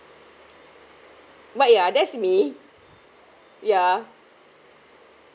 might ah that's me ya